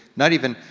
not even,